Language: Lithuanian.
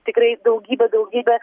tikrai daugybė daugybė